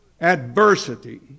adversity